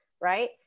right